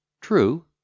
True